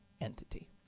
entity